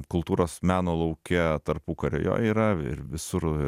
kultūros meno lauke tarpukario jo yra ir visur